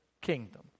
kingdom